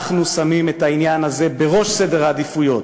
אנחנו שמים את העניין הזה בראש סדר העדיפויות,